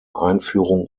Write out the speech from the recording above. einführung